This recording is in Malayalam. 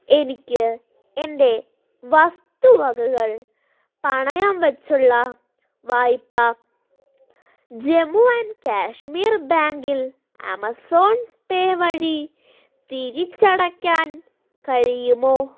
എനിക്ക് എൻ്റെ വസ്തുവകകൾ പണയം വെച്ചുള്ള വായ്പ ജമ്മു ആൻഡ് കശ്മീർ ബാങ്കിൽ ആമസോൺ പേ വഴി തിരിച്ചടയ്ക്കാൻ കഴിയുമോ